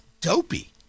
dopey